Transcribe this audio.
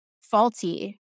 faulty